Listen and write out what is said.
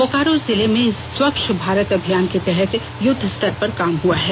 बोकारो जिले में स्वच्छ भारत अभियान के तहत युद्ध स्तर पर काम हुआ है